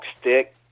stick